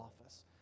office